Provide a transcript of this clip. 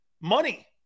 Money